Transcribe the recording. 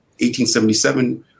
1877